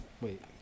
wait